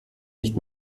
nicht